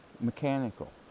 mechanical